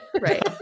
right